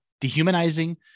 dehumanizing